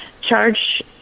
charge